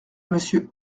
monsieur